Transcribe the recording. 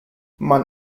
man